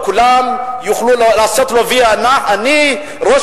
כולם יוכלו לעשות לו "וי" ענק: אני ראש